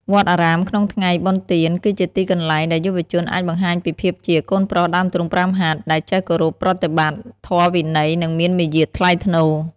វត្តអារាមក្នុងថ្ងៃបុណ្យទាន គឺជាទីកន្លែងដែលយុវជនអាចបង្ហាញពីភាពជា "កូនប្រុសដើមទ្រូងប្រាំហត្ថ" ដែលចេះគោរពប្រតិបត្តិធម៌វិន័យ និងមានមារយាទថ្លៃថ្នូរ។